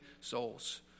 souls